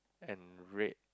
and red